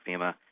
FEMA